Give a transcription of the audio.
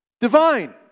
divine